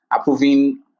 approving